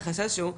החשש הוא,